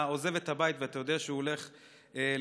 עוזב את הבית ואתה יודע שהוא הולך להישרף.